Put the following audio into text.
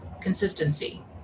Consistency